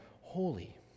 holy